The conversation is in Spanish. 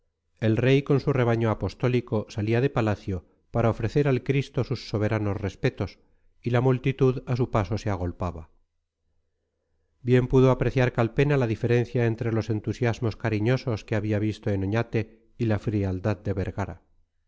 el rey con su rebaño apostólico salía de palacio para ofrecer al cristo sus soberanos respetos y la multitud a su paso se agolpaba bien pudo apreciar calpena la diferencia entre los entusiasmos cariñosos que había visto en oñate y la frialdad de vergara